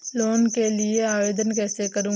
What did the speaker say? Loan के लिए आवेदन कैसे करें?